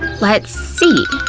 let's see.